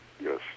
Yes